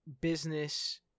business